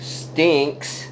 stinks